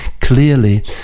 clearly